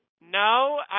No